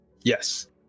Yes